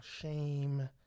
shame